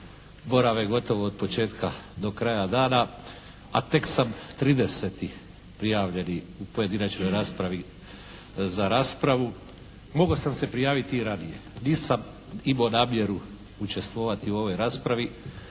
borave gotovo od početka do kraja dana, a tek sam 30. prijavljeni u pojedinačnoj raspravi za raspravu. Mogao sam se prijaviti i ranije. Nisam imao namjeru učestvovati u ovoj raspravi.